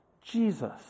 Jesus